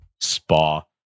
Spa